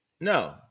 No